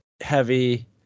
heavy